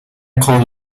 call